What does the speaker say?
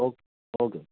okay okay